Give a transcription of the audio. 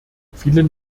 vielen